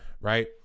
Right